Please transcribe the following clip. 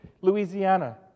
Louisiana